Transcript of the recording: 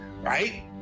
right